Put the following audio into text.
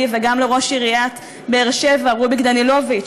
וגם לראש עיריית באר-שבע רוביק דנילוביץ,